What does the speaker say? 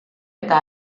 eta